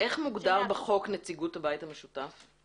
איך מוגדר בחוק נציגות הבית המשותף?